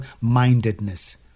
mindedness